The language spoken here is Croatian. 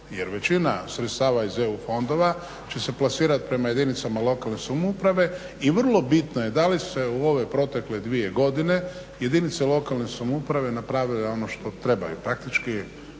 Jer većina sredstava iz EU fondova će se plasirati prema jedinicama lokalne samouprave i vrlo bitno je da li se u ove protekle dvije godine jedinice lokalne samouprave napravile ono što trebaju. Praktički